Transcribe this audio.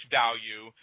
value